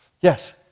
Yes